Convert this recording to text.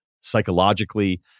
psychologically